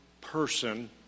person